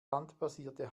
landbasierte